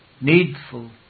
needful